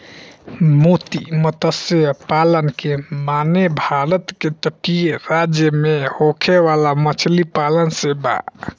मोती मतस्य पालन के माने भारत के तटीय राज्य में होखे वाला मछली पालन से बा